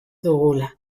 dugula